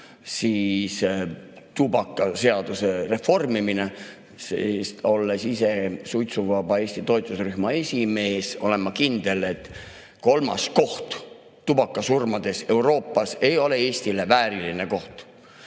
tubakaseaduse reformimine. Olles ise suitsuvaba Eesti toetusrühma esimees, olen ma kindel, et kolmas koht tubakasurmades Euroopas ei ole Eestile vääriline koht.